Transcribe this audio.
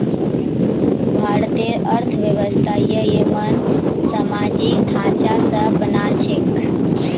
भारतेर अर्थव्यवस्था ययिंमन सामाजिक ढांचा स बनाल छेक